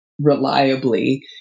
reliably